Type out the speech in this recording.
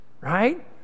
Right